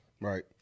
Right